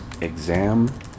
exam